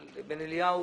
בן אליהו